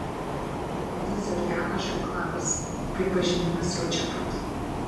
prognozė zodiako ženklams pripažinimas jau čia pat